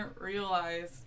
realize